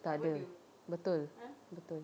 tak ada betul betul